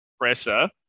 presser